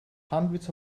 hundreds